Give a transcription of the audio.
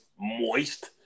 moist